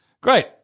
Great